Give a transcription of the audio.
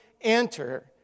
enter